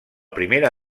primera